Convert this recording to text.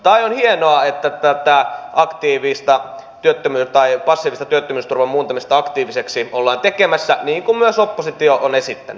tai on hienoa että tätä passiivista työttömyysturvan muuntamista aktiiviseksi ollaan tekemässä niin kun myös oppositio on esittänyt